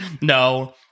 No